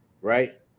Right